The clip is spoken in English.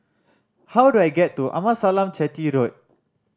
how do I get to Amasalam Chetty Road